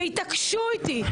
התעקשו איתי.